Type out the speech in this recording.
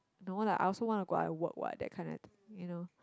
no lah I also want to go out and work what that kind of you know